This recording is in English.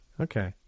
Okay